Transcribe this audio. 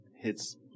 Hits